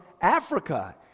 Africa